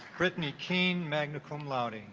brittany keen magna cum laude